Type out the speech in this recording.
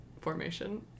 formation